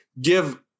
give